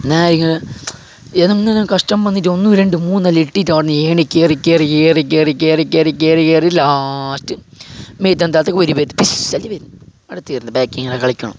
ഞാൻ ഇങ്ങനെ കഷ്ട്ടം വന്നിട്ട് ഒന്ന് രണ്ട് മൂന്ന് എത്തിട്ട് അവിടുന്ന് ഏണി കയറി കയറി കയറി ഏണി കയറി കയറി കയറി കയറി കയറി കയറി കയറി ലാസ്റ്റ് ബാക്കി ഇങ്ങനെ കളിക്കണം